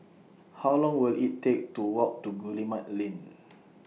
How Long Will IT Take to Walk to Guillemard Lane